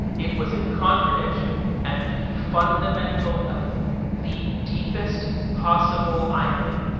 it was a contradiction at the fundamental level, the deepest possible irony.